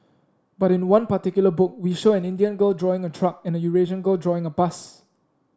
but in one particular book we show an Indian girl drawing a truck and a Eurasian girl drawing a bus